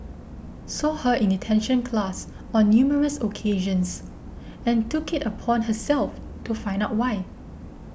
saw her in detention class on numerous occasions and took it upon herself to find out why